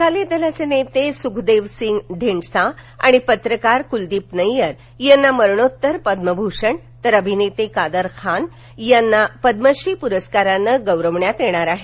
अकाली दलाचे नेते सुखदेव सिंग धिंडसा आणि पत्रकार कुलदीप नय्यर यांना मरणोत्तर पद्मभूषण तर अभिनेते कादरखान यांना पद्मश्री पुरस्काराने पुरस्काराने गौरविण्यात येणार आहे